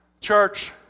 Church